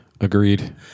Agreed